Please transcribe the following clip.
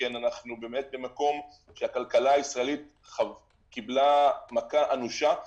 שכן אנחנו באמת במקום שהכלכלה הישראלית קיבלה מכה אנושה,